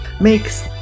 makes